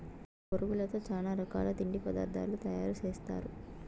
బొరుగులతో చానా రకాల తిండి పదార్థాలు తయారు సేస్తారు